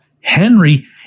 Henry